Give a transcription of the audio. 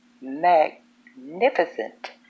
magnificent